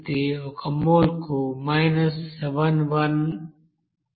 ఇది ఒక మోల్కు 719